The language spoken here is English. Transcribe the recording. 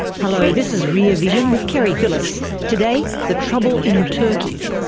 hello, this is rear vision with keri phillips. today, the trouble in turkey.